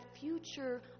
future